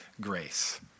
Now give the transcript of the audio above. grace